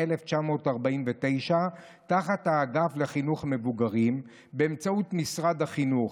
1949 תחת האגף לחינוך מבוגרים באמצעות משרד החינוך.